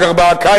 ואחר כך בא הקיץ,